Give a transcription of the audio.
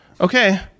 Okay